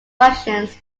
russians